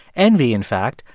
envy, in fact,